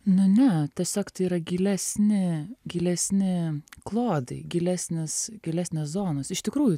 nu ne tiesiog tai yra gilesni gilesni klodai gilesnės gilesnės zonos iš tikrųjų